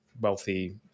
wealthy